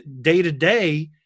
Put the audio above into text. day-to-day